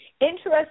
interesting